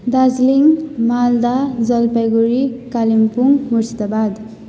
Darjeeling Malda Jalpaiguri Kalimpong Murshidabad